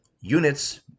units